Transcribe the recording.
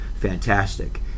fantastic